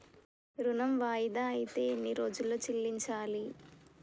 ఋణం వాయిదా అత్తే ఎన్ని రోజుల్లో చెల్లించాలి?